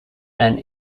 and